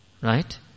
right